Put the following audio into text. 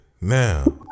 Now